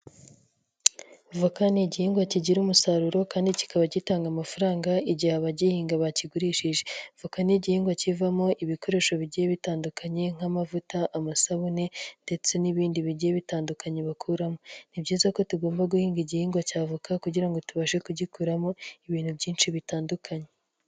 Voka ni igihingwa kigira umusaruro kandi kikaba gitanga amafaranga igihe abagihinga bakigurishije. Voka ni igihingwa kivamo ibikoresho bigiye bitandukanye nk'amavuta, amasabune ndetse n'ibindi bigiye bitandukanye bakuramo. Ni byiza ko tugomba guhinga igihingwa cya voka kugira ngo tubashe kugikuramo ibintu byinshi bifatanye.